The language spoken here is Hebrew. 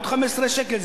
עוד 15 שקל,